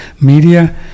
media